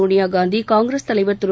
சோனியா காந்தி காங்கிரஸ் தலைவர் திரு